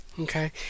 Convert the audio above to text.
Okay